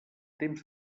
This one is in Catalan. temps